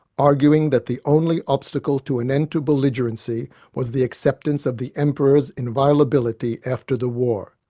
arguing that the only obstacle to an end to belligerency was the acceptance of the emperor's inviolability after the war.